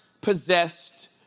possessed